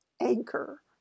anchor